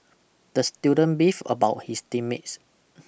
the student beefed about his team mates